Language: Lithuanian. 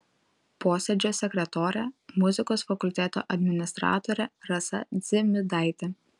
posėdžio sekretorė muzikos fakulteto administratorė rasa dzimidaitė